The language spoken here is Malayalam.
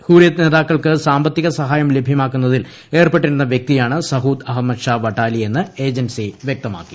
ഹുറിയത്ത് നേതാക്കൾക്ക സാമ്പത്തിക സഹായം ലഭ്യമാക്കുന്നതിൽ ഏർപ്പെട്ടിരുന്ന വൃക്തിയാണ് സഹൂദ് അഹമ്മദ് ഷാ വട്ടാലി എന്ന് ഏജൻസി വ്യക്തമാക്കി